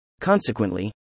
Consequently